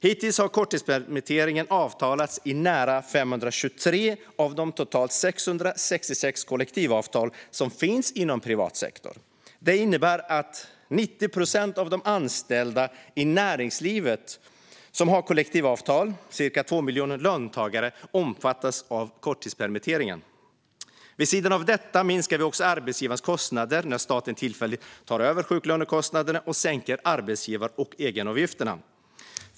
Hittills har korttidspermittering avtalats i nära 523 av de totalt 666 kollektivavtal som finns inom privat sektor. Det innebär att 90 procent av de anställda i näringslivet som har kollektivavtal, ca 2 miljoner löntagare, omfattas av korttidspermittering. Vid sidan av detta minskar vi också arbetsgivarnas kostnader genom att staten tillfälligt tar över sjuklönekostnaderna och sänker arbetsgivar och egenavgifterna.